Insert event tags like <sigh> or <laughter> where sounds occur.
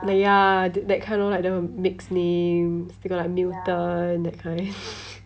the ya th~ that kind lor like the mix names they got like newton that kind <laughs>